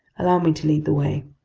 allow me to lead the way.